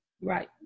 Right